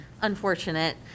unfortunate